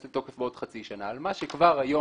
לתוקף בעוד חצי שנה אלא על מה שכבר היום,